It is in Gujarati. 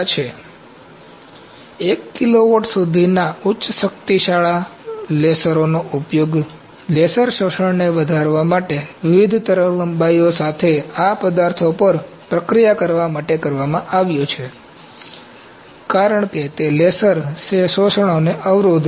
તેથી 1 કિલોવોટ સુધીના ઉચ્ચ શક્તિવાળા લેસરોનો ઉપયોગ લેસર શોષણને વધારવા માટે વિવિધ તરંગલંબાઇઓ સાથે આ પદાર્થો પર પ્રક્રિયા કરવા માટે કરવામાં આવ્યો છે કારણ કે તે લેસર શોષણને અવરોધે છે